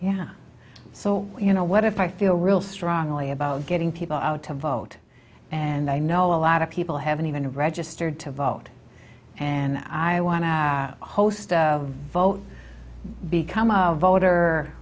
yeah so you know what if i feel real strongly about getting people out to vote and i know a lot of people haven't even registered to vote and i want to host of a vote become a voter